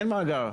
אין מאגר.